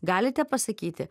galite pasakyti